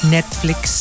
Netflix